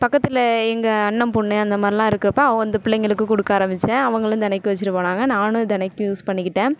பக்கத்தில் எங்கள் அண்ணன் பொண்ணு அந்தமாதிரிலாம் இருக்கிறப்ப அந்த பிள்ளைகளுக்கும் கொடுக்க ஆரம்பித்தேன் அவங்களும் தினைக்கும் வச்சுட்டு போனாங்க நானும் தினைக்கும் யூஸ் பண்ணிக்கிட்டேன்